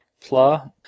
Pla